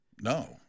No